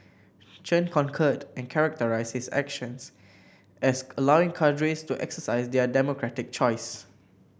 Chen concurred and characterised his actions as allowing cadres to exercise their democratic choice